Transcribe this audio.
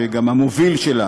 שהמוביל שלה,